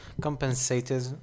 compensated